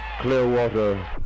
Clearwater